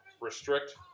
restrict